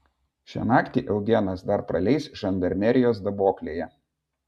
šią naktį eugenas dar praleis žandarmerijos daboklėje